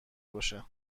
باشه